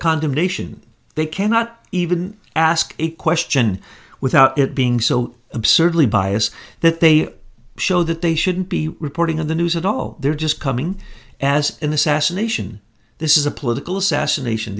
condemnation they cannot even ask a question without it being so absurdly bias that they show that they shouldn't be reporting on the news at all they're just coming as in the sas nation this is a political assassination